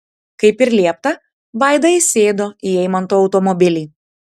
kaip ir liepta vaida įsėdo į eimanto automobilį